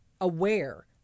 aware